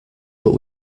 but